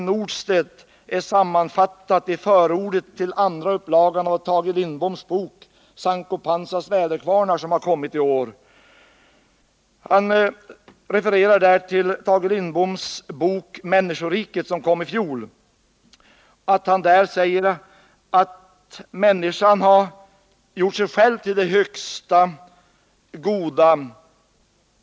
Nordstedt är sammanfattat i förordet till andra upplagan av Tage Lindboms bok Sancho Panzas väderkvarnar, som har kommit i år. Han refererar där till Tage Lindboms bok Människoriket, som kom i fjol. Han säger där att människan har gjort sig själv till det högsta goda.